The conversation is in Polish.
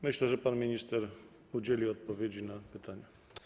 Myślę, że pan minister udzieli odpowiedzi na pytania.